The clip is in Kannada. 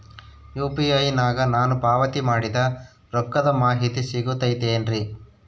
ಯು.ಪಿ.ಐ ನಾಗ ನಾನು ಪಾವತಿ ಮಾಡಿದ ರೊಕ್ಕದ ಮಾಹಿತಿ ಸಿಗುತೈತೇನ್ರಿ?